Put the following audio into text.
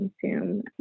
consume